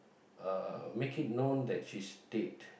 uh make it known that she's dead